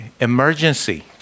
emergency